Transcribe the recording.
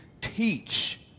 teach